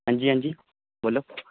हां जी हां जी बोलो